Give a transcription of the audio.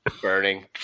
burning